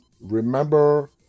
remember